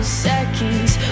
seconds